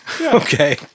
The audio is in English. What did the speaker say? Okay